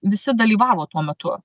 visi dalyvavo tuo metu